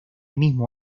mismo